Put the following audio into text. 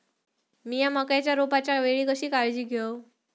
मीया मक्याच्या रोपाच्या वेळी कशी काळजी घेव?